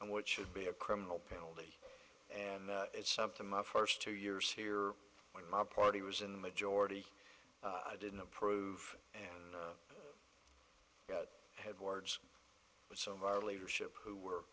and what should be a criminal penalty and it's something my first two years here when my party was in the majority didn't approve and had words with some of our leadership who were